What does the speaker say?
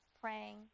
praying